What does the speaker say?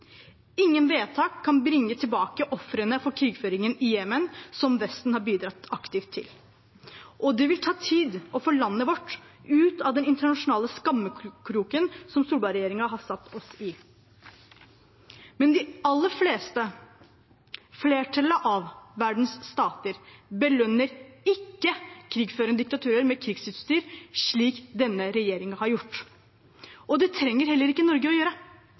Ingen vedtak kan bringe tilbake ofrene for krigføringen i Jemen, som Vesten har bidratt aktivt til, og det vil ta tid å få landet vårt ut av den internasjonale skammekroken som Solberg-regjeringen har satt oss i. Men de aller fleste, flertallet av verdens stater, belønner ikke krigførende diktaturer med krigsutstyr, slik denne regjeringen har gjort. Det trenger heller ikke Norge å gjøre